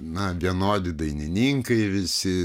na vienodi dainininkai visi